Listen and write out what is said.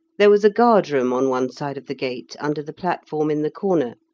there was a guard-room on one side of the gate under the platform in the corner,